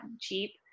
cheap